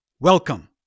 Welcome